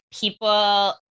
people